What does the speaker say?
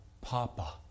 Papa